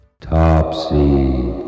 Topsy